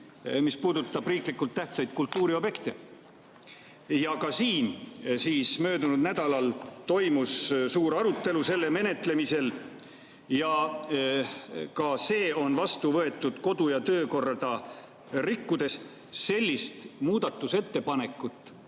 mis puudutab riiklikult tähtsaid kultuuriobjekte. Ka siin möödunud nädalal toimus suur arutelu selle menetlemisel ja ka see on vastu võetud kodu- ja töökorda rikkudes. Sellist muudatusettepanekut